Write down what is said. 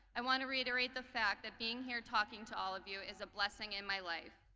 i wanna reiterate the fact that being here talking to all of you is a blessing in my life.